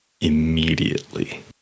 immediately